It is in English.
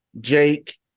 Jake